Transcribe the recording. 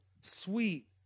sweet